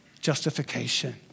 justification